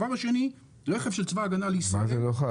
מה זה לא חל?